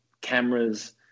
cameras